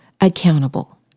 accountable